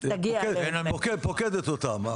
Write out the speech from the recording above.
פוקדת אותם.